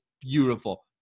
beautiful